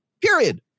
Period